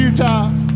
Utah